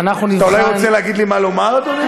אתה אולי רוצה להגיד לי מה לומר, אדוני?